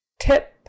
tip